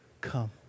come